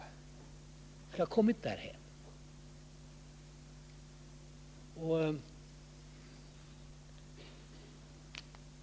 Det har kommit därhän!